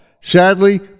Sadly